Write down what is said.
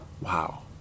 Wow